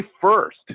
first